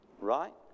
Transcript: right